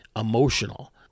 emotional